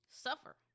Suffer